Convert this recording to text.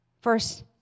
First